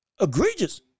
egregious